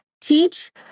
teach